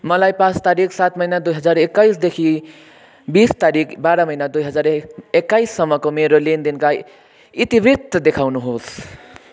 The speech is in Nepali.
मलाई पाँच तारिक सात महिना दुई हजार एक्काइसदेखि बिस तारिक बाह्र महिना दुई हजार एक्काइससम्मको मेरो लेनदेनका इतिवृत्त देखाउनुहोस्